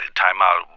timeout